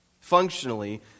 Functionally